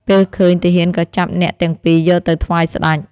ពេលឃើញ ទាហានក៏ចាប់អ្នកទាំងពីរយកទៅថ្វាយស្ដេច។